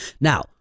Now